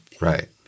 right